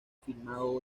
filmado